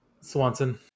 Swanson